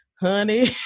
honey